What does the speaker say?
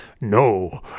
No